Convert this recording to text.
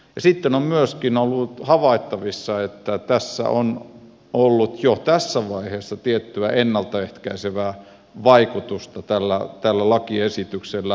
sitten on myöskin ollut havaittavissa että on ollut jo tässä vaiheessa tiettyä ennalta ehkäisevää vaikutusta tällä lakiesityksellä